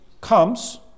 comes